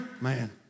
man